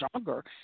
stronger